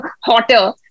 hotter